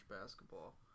basketball